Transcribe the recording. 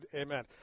amen